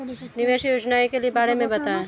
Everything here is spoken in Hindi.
निवेश योजनाओं के बारे में बताएँ?